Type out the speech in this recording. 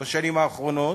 בשנים האחרונות,